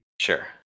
Sure